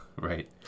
Right